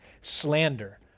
slander